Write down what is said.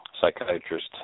psychiatrist